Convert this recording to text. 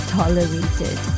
tolerated